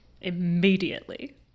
immediately